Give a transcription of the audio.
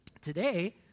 Today